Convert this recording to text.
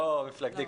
לא מפלגתי,